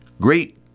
great